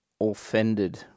offended